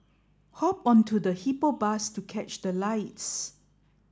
hop onto the Hippo Bus to catch the lights